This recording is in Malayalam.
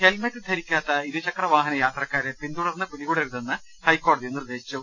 ഹെൽമെറ്റ് ധരിക്കാത്ത ഇരുചക്രവാഹന യാത്രക്കാരെ പിന്തുടർന്ന് പിടികൂടരുതെന്ന് ഹൈക്കോടതി നിർദ്ദേശിച്ചു